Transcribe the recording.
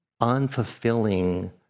unfulfilling